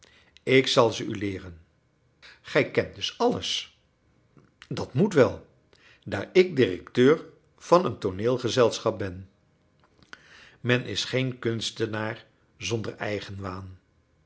ik zal ze u leeren gij kent dus alles dat moet wel daar ik directeur van een tooneelgezelschap ben men is geen kunstenaar zonder